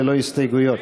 ללא הסתייגויות.